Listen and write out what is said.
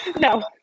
No